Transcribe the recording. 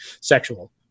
Sexual